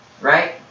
Right